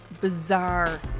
bizarre